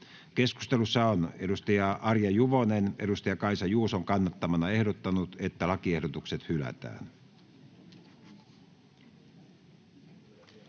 Keskustelussa on Arja Juvonen Kaisa Juuson kannattamana ehdottanut, että lakiehdotukset hylätään.